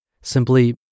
simply